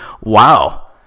Wow